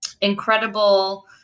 incredible